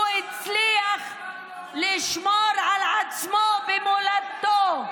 הוא הצליח לשמור על עצמו במולדתו.